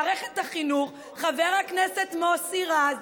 חבר הכנסת מוסי רז,